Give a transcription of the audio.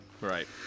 right